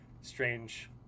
strange